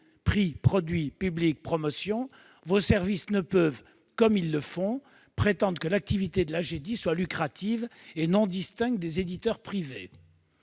prix, produit, public, promotion -, vos services ne peuvent, comme ils le font, prétendre que l'activité de l'Agedi serait lucrative et indistincte de celle des éditeurs privés.